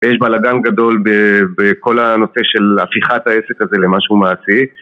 ויש בלאדם גדול בכל הנושא של הפיכת העסק הזה למה שהוא מעשית